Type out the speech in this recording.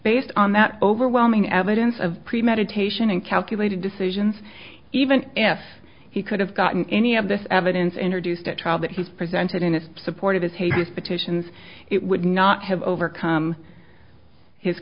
based on that overwhelming evidence of premeditation and calculated decisions even if he could have gotten any of this evidence introduced at trial that he's presented in support of his hate these petitions it would not have overcome his